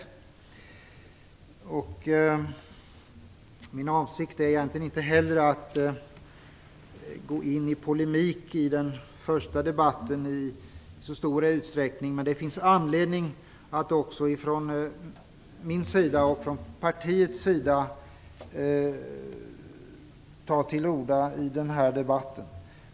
Min avsikt är inte heller att gå in i polemik i så stor utsträckning, men det finns anledning att från partiets sida ta till orda i debatten.